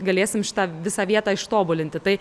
galėsim šitą visą vietą ištobulinti tai